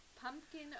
pumpkin